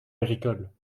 agricole